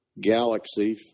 galaxy